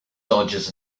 dodges